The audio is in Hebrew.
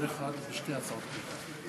יש דובר אחד לשתי הצעות החוק.